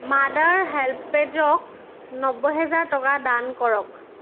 mother help পেজক নব্বৈ হাজাৰ টকা দান কৰক